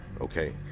okay